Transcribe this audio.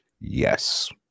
Yes